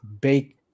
bake